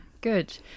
good